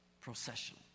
procession